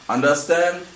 Understand